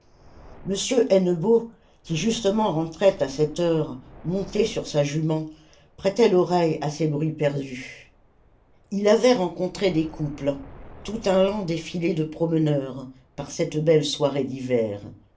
hennebeau qui justement rentrait à cette heure monté sur sa jument prêtait l'oreille à ces bruits perdus il avait rencontré des couples tout un lent défilé de promeneurs par cette belle soirée d'hiver